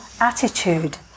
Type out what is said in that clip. attitude